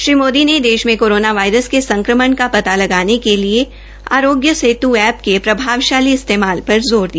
श्री मोदी ने देश मे कोरोना वायरस के संक्रमण का पता लगाने के लिए आरोग्य सेतु एप्प के प्रभावशाली इस्तेमाल पर ज़ोर दिया